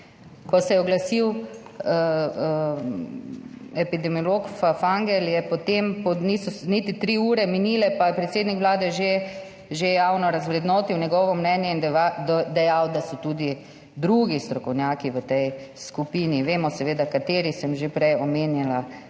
Ko se je oglasil epidemiolog Fafangel, niso niti tri ure minile pa je predsednik Vlade že javno razvrednotil njegovo mnenje in dejal, da so tudi drugi strokovnjaki v tej skupini. Vemo, seveda, kateri, sem že prej omenjala to